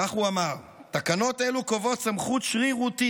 כך הוא אמר: "תקנות אלו קובעות סמכות שרירותית